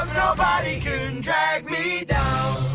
nobody can drag me down